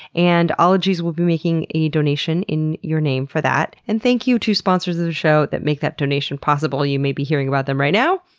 and ologies will be making a donation in your name for that. and thank you to sponsors of the show that make that donation possible. you may be hearing about them right now.